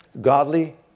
Godly